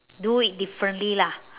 do it differently lah